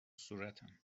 صورتم